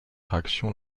réaction